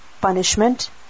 punishment